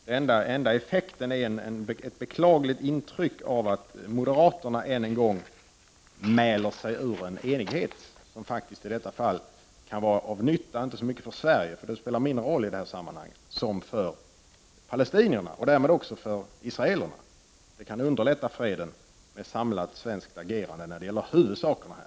Den enda effekten är ett beklagligt intryck av att moderaterna än en gång mäler sig ur en enighet som faktiskt i detta fall kan vara till nytta, inte så mycket för Sverige — för det spelar mindre roll i detta sammanhang — men för palestinierna och därmed också för israelerna. Det kan underlätta freden med ett samlat svenskt agerande när det gäller huvudsakerna här.